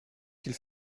qu’il